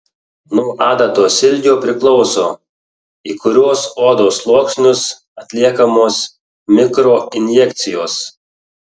nuo adatos ilgio priklauso į kuriuos odos sluoksnius atliekamos mikroinjekcijos